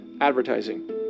Advertising